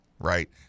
right